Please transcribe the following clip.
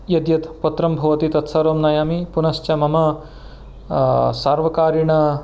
यद् यद् पत्रं भवति तत्सर्वं नयामि पुनश्च मम सार्वकारीण